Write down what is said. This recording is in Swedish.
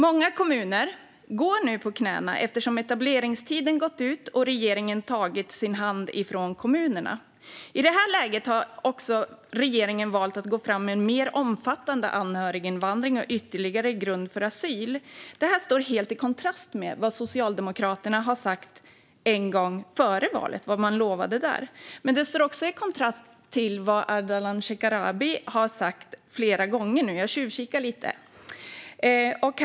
Många kommuner går nu på knäna, eftersom etableringstiden har gått ut och regeringen har tagit sin hand från kommunerna. I detta läge har regeringen valt att gå fram med en mer omfattande anhöriginvandring och ytterligare grund för asyl. Detta står helt i kontrast till vad Socialdemokraterna har sagt och lovat före valet. Men detta står också i kontrast till vad Ardalan Shekarabi har sagt flera gånger. Jag har tjuvkikat lite grann.